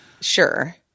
Sure